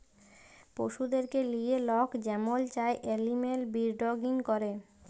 পশুদেরকে লিঁয়ে লক যেমল চায় এলিম্যাল বিরডিং ক্যরে